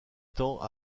temps